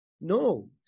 No